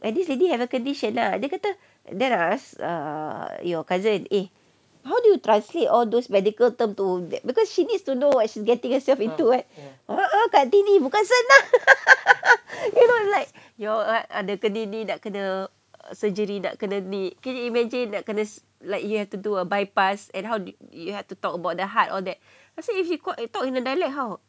and this lady have a condition ah dia kata then I ask err your cousin eh how do you translate all those medical term to that because she needs to know what she's getting herself into eh a'ah kak tini bukan senang you know like nak kena ni nak kena surgery nak kena ni can you imagine nak kena like you have to a bypass and how to you have to talk about the heart all that I said if you need to talk in a dialect how